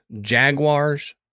jaguars